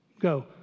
go